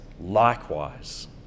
likewise